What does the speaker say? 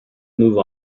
move